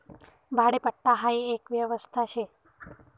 भाडेपट्टा हाई एक व्यवस्था शे